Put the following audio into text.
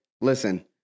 listen